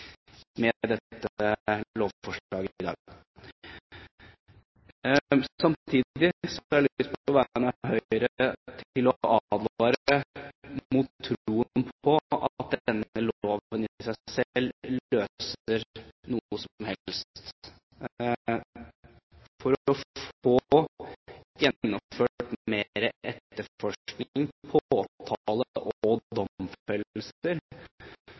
med dette lovforslaget i dag. Samtidig har jeg på vegne av Høyre lyst til å advare mot troen på at denne loven i seg selv løser noe som helst. For å få gjennomført mer etterforskning, påtale og flere domfellelser